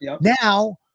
Now